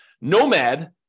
Nomad